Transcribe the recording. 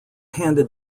handed